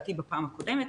גם אמרתי בישיבה הקודמת: